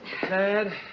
Dad